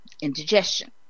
indigestion